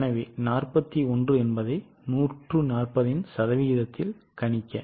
எனவே 41 என்பது 140ன் சதவீதத்தில் கணிக்க